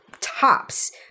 tops –